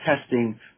testing